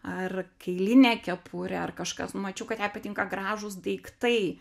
ar kailinė kepurė ar kažkas mačiau kad jai patinka gražūs daiktai